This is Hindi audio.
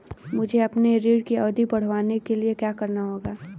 मुझे अपने ऋण की अवधि बढ़वाने के लिए क्या करना होगा?